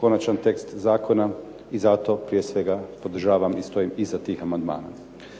konačan tekst zakona i zato prije svega podržavam i stojim iza tih amandmana.